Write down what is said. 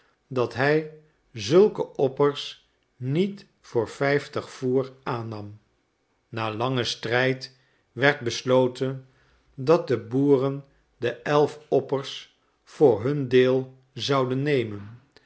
dat hij zulke oppers niet voor vijftig voer aannam na langen strijd werd besloten dat de boeren de elf oppers voor hun deel zouden nemen